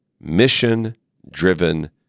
mission-driven